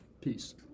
peace